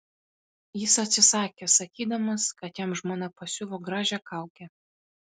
jis atsisakė sakydamas kad jam žmona pasiuvo gražią kaukę